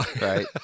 Right